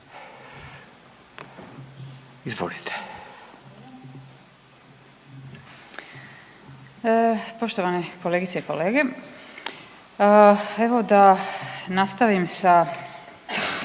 (Centar)** Poštovane kolegice i kolege, evo da nastavim sa